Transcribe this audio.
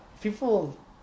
people